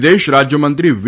વિદેશ રાજયમંત્રી વી